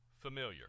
familiar